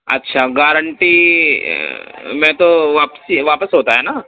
اچھا گارنٹی میں تو واپسی واپس ہوتا ہے نا